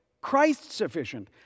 Christ-sufficient